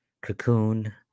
Cocoon